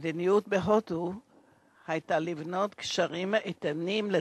המדיניות של הודו הייתה לבנות קשרים איתנים עם ישראל,